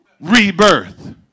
rebirth